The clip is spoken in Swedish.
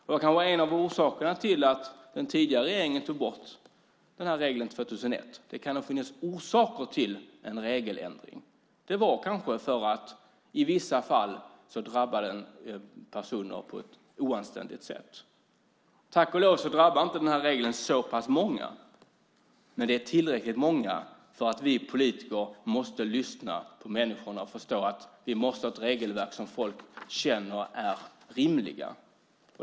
Det var kanske en av orsakerna till att den tidigare regeringen tog bort regeln 2001. Det kan ha funnits orsaker till en regeländring. Det var kanske för att reglerna i vissa fall drabbade personer på ett oanständigt sätt. Tack och lov drabbar regeln inte så många men ändå tillräckligt många för att vi politiker måste börja lyssna på människor och förstå att vi måste ha ett regelverk som folk känner är rimligt.